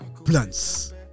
blunts